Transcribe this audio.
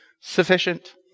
sufficient